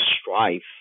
strife